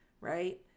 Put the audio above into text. right